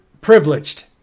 privileged